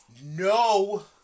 no